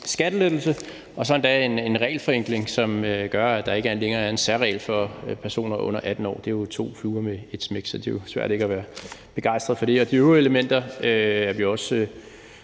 skattelettelse og så endda også en regelforenkling, som gør, at der ikke længere er en særregel for personer under 18 år. Det er jo to fluer med ét smæk. Så det er svært ikke at være begejstret for det. De øvrige elementer er vi også